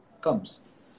comes